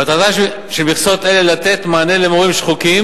המטרה של מכסות אלה היא לתת מענה למורים שחוקים